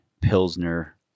Pilsner